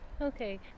Okay